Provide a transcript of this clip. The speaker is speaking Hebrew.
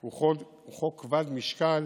הוא חוק כבד משקל